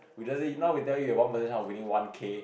who doesn't ignore without your one percent winning one K